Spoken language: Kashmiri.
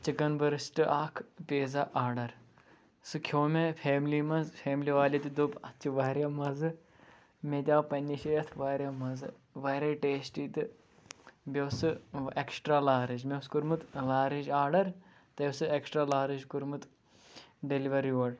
چِکَن بٔرسٹہٕ اَکھ پیٖزا آرڈَر سُہ کھیٚو مےٚ فیملی منٛز فیملی والیو تہِ دوٚپ اَتھ چھِ واریاہ مَزٕ مےٚ تہِ آو پنٛنہِ جٲے اَتھ واریاہ مَزٕ واریاہ ٹیسٹی تہٕ بیٚیہِ اوس سُہ اٮ۪کٕسٹرٛا لارٕج مےٚ اوس کوٚرمُت لارٕج آرڈَر تہٕ ایٚکٕسٹرٛا لارٕج کوٚرمُت ڈیٚلِوَر یور